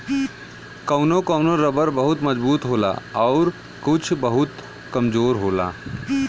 कौनो कौनो रबर बहुत मजबूत होला आउर कुछ बहुत कमजोर होला